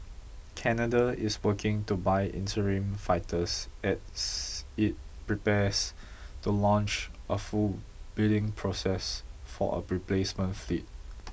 Canada is working to buy interim fighters as it prepares to launch a full bidding process for a replacement fleet